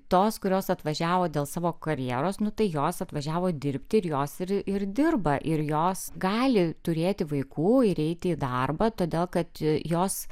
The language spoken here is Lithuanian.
tos kurios atvažiavo dėl savo karjeros nu tai jos atvažiavo dirbti ir jos ir ir dirba ir jos gali turėti vaikų ir eiti į darbą todėl kad jos